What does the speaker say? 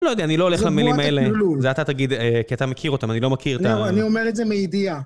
לא יודע, אני לא הולך למילים האלה, זה אתה תגיד, כי אתה מכיר אותם, אני לא מכיר את ה... אני אומר את זה מידיעה.